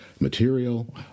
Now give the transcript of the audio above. material